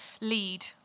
lead